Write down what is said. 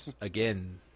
again